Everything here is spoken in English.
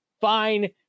fine